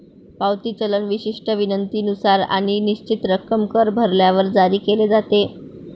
पावती चलन विशिष्ट विनंतीनुसार आणि निश्चित रक्कम कर भरल्यावर जारी केले जाते